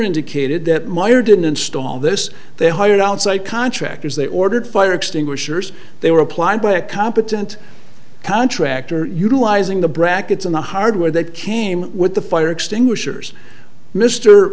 indicated that meyer didn't install this they hired outside contractors they ordered fire extinguishers they were applied by a competent contractor utilizing the brackets on the hardware that came with the fire extinguishers mr